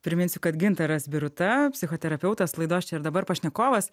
priminsiu kad gintaras biruta psichoterapeutas laidos čia ir dabar pašnekovas